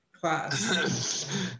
class